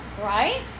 Right